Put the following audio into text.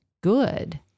good